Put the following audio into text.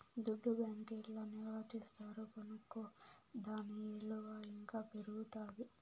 దుడ్డు బ్యాంకీల్ల నిల్వ చేస్తారు కనుకో దాని ఇలువ ఇంకా పెరుగుతాది